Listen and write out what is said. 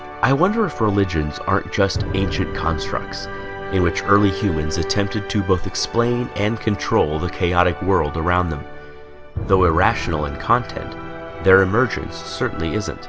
i wonder if religions aren't just ancient constructs in which early humans attempted to both explain and control the chaotic world around them though irrational and content their emergence certainly isn't